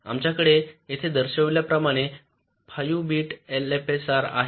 आमच्याकडे येथे दर्शवल्याप्रमाणे 5 बिट एलएफएसआर आहे